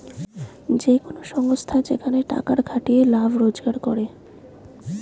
যে কোন সংস্থা যেখানে টাকার খাটিয়ে লাভ রোজগার করে